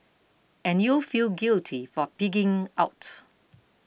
and you'll feel guilty for pigging out